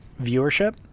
viewership